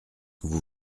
vous